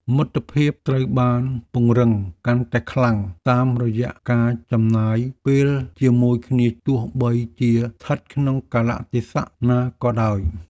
មិត្តភាពត្រូវបានពង្រឹងកាន់តែខ្លាំងតាមរយៈការចំណាយពេលជាមួយគ្នាទោះបីជាស្ថិតក្នុងកាលៈទេសៈណាក៏ដោយ។